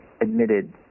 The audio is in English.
admitted